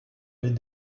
les